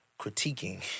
critiquing